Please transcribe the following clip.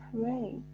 pray